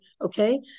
okay